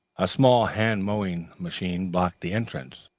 a small hand mowing-machine blocked the entrance